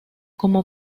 como